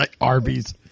Arby's